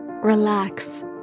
relax